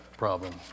problem